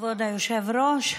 כבוד היושב-ראש,